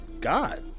God